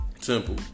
Simple